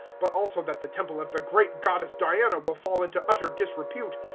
but also that the temple of the great goddess diana will fall into utter disrepute,